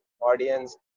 audience